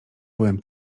byłem